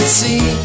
see